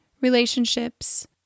relationships